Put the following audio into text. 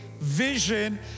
vision